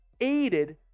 aided